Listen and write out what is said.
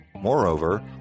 Moreover